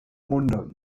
munde